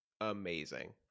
amazing